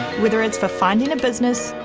whether it's for finding a business,